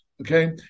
Okay